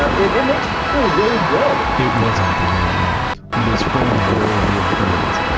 ah it it makes you feel really good! it wasn't the real world, but his friends were real friends.